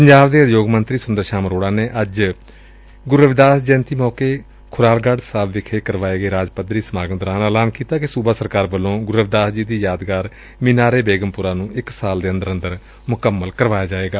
ਪੰਜਾਬ ਦੇ ਉਦਯੋਗ ਮੰਤਰੀ ਸੁੰਦਰ ਸ਼ਾਮ ਅਰੋੜਾ ਨੇ ਅੱਜ ਸ਼੍ਰੀ ਗੁਰੂ ਰਵੀਦਾਸ ਜੈਯੰਤੀ ਮੌਕੇ ਖੁਰਾਲਗੜੁ ਸਾਹਿਬ ਵਿਖੇ ਕਰਵਾਏ ਗਏ ਰਾਜ ਪੱਧਰੀ ਸਮਾਗਮ ਦੋਰਾਨ ਐਲਾਨ ਕੀਤਾ ਕਿ ਗੁਰੂ ਰਵਿਦਾਸ ਜੀ ਦੀ ਯਾਦਗਾਰ ਮੀਨਾਰ ਏ ਬੇਗਮਪੁਰਾ ਨੂੰ ਇਕ ਸਾਲ ਦੇ ਅੰਦਰ ਮੁਕੰਮਲ ਕਰਵਾਇਆ ਜਾਵੇਗਾ